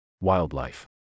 Wildlife